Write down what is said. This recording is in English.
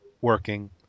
working